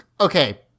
okay